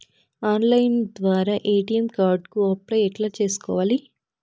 Online ద్వారా ATM card కు apply ఎట్లా సేసుకోవాలి?